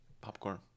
popcorn